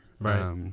Right